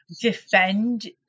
defend